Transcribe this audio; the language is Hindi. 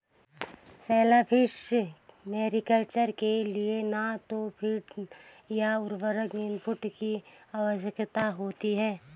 शेलफिश मैरीकल्चर के लिए न तो फ़ीड या उर्वरक इनपुट की आवश्यकता होती है